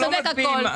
אנחנו לא מצביעים.